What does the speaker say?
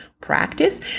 practice